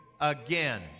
Again